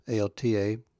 ALTA